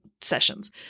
sessions